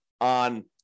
on